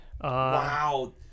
Wow